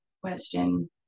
question